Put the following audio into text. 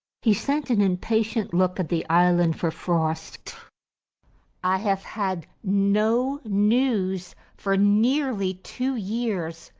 he sent an impatient look at the island for frost i have had no news for nearly two years,